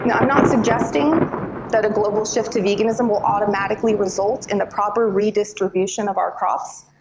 and i'm not suggesting that a global shift to veganism will automatically result in the proper redistribution of our crops,